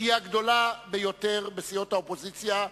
שהיא הגדולה ביותר בסיעות האופוזיציה,